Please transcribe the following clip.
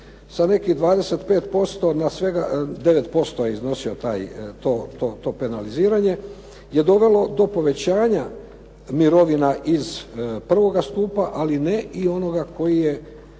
sa nekih 25% na svega 9% je iznosio taj, to penaliziranje je dovelo do povećanja mirovina iz I. stupa, ali ne i onoga koji se